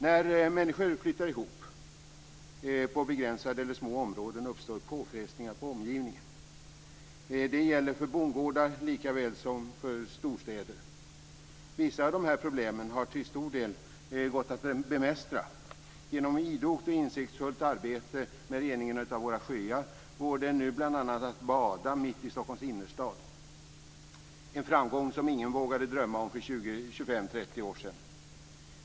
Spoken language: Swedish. När människor flyttar ihop på begränsade områden uppstår påfrestningar på omgivningen. Det gäller för bondgårdar likaväl som för storstäder. Vissa av de här problemen har till stor del gått att bemästra. Genom idogt och insiktsfullt arbete med reningen av våra sjöar går det nu att bl.a. bada mitt i Stockholms innerstad. Det är en framgång som ingen vågade drömma om för 25-30 år sedan.